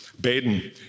Baden